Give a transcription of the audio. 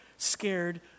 scared